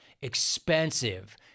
expensive